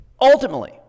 Ultimately